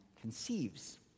conceives